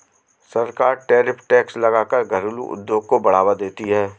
सरकार tariff tax लगा कर घरेलु उद्योग को बढ़ावा देती है